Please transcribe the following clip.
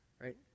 right